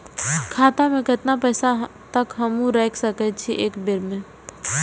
खाता में केतना पैसा तक हमू रख सकी छी एक बेर में?